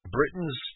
Britain's